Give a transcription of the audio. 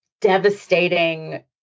devastating